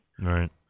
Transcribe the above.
Right